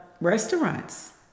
restaurants